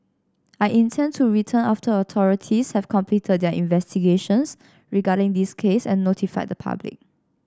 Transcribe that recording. I intend to return after authorities have completed their investigations regarding this case and notified the public